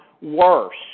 worse